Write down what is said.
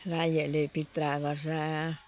राईहरूले पित्रा गर्छ